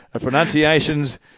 pronunciations